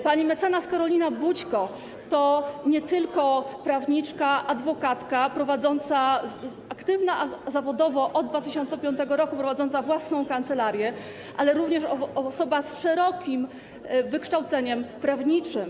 Pani mecenas Karolina Bućko to nie tylko prawniczka, adwokatka aktywna zawodowo od 2005 r., prowadząca własną kancelarię, ale również osoba z szerokim wykształceniem prawniczym.